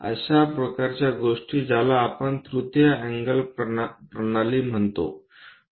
अशा प्रकारच्या गोष्टी ज्याला आपण तृतीय अँगल प्रणाली म्हणतो